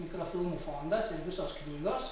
mikrofilmų fondas ir visos knygos